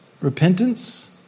Repentance